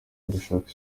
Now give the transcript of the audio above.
ugushaka